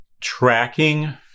tracking